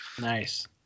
Nice